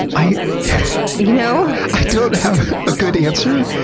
i you know i don't have a good answer.